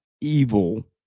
evil